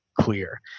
clear